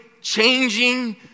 changing